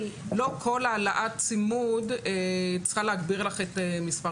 לא כל העלאת צימוד צריכה להגביר לך את מספר